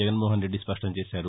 జగన్మోహన్రెడ్డి స్పష్టంచేశారు